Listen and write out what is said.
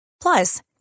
Plus